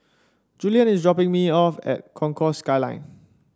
Julien is dropping me off at Concourse Skyline